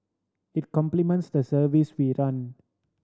it complements the service we run